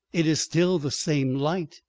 it is still the same light.